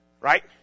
right